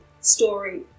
story